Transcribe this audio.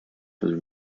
was